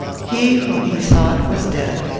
he whom he sought was dead.